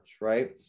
right